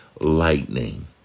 lightning